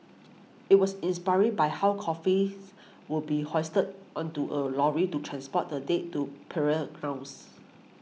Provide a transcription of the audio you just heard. it was inspired by how coffins would be hoisted onto a lorry to transport the date to burial grounds